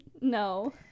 No